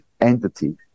entity